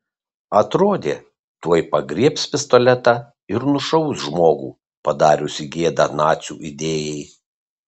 atrodė tuoj pagriebs pistoletą ir nušaus žmogų padariusį gėdą nacių idėjai